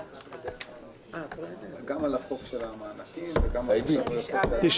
הצבעה בעד, 9